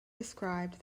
described